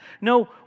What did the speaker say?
No